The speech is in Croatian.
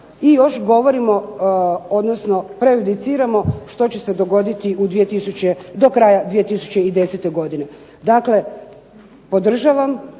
i još govorimo, odnosno prejudiciramo što će se dogoditi do kraja 2010. godine. Dakle, podržavam